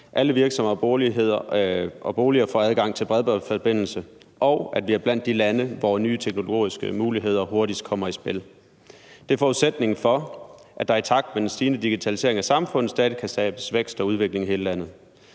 alle virksomheder og boliger får adgang til bredbåndsforbindelse, og at vi er blandt de lande, hvor de nye teknologiske muligheder hurtigst kommer i spil. Det er forudsætningen for, at der i takt med den stigende digitalisering af samfundet stadig kan skabes vækst og udvikling i hele landet.